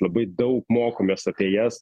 labai daug mokomės apie jas